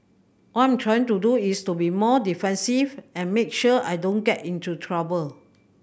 all I'm trying to do is to be more defensive and make sure I don't get into trouble